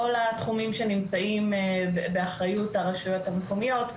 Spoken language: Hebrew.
כל התחומים שנמצאים באחריות הרשויות המקומיות,